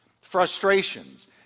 frustrations